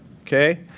Okay